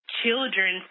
children